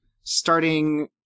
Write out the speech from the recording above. starting